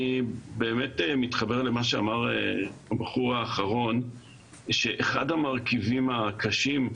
ואני באמת מתחבר למה שאמר הבחור שדיבר עכשיו.